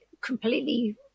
completely